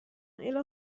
إلى